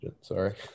Sorry